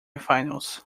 finals